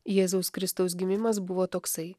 jėzaus kristaus gimimas buvo toksai